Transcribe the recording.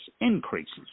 increases